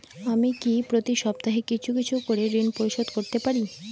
আমি কি প্রতি সপ্তাহে কিছু কিছু করে ঋন পরিশোধ করতে পারি?